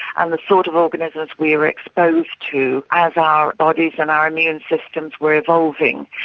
and the sort of organisms we were exposed to as our bodies and our immune systems were evolving.